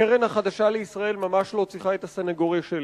הקרן החדשה לישראל ממש לא צריכה את הסניגוריה שלי.